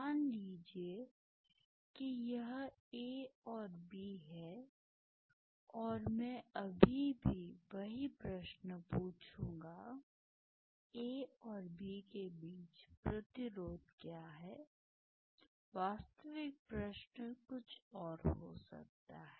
मान लीजिए कि यह A और B है और मैं अभी भी वही प्रश्न पूछूंगा A और B के बीच प्रतिरोध क्या है वास्तविक प्रश्न कुछ और हो सकता है